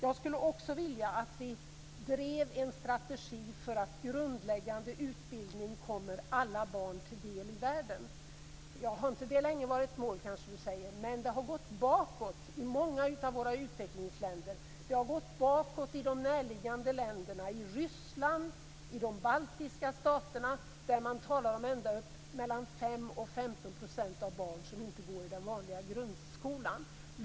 Jag skulle också vilja att vi drev en strategi för att grundläggande utbildning kommer alla barn till del i världen. Har inte det länge varit målet? kanske ni säger. Det har gått bakåt i många utvecklingsländer. Det har gått bakåt i de närliggande länderna, i Ryssland i de baltiska staterna. Man talar där om att ända upp till 5-15 % av barnen inte går i den vanliga grundskolan.